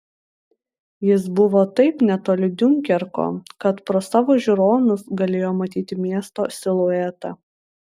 jis buvo taip netoli diunkerko kad pro savo žiūronus galėjo matyti miesto siluetą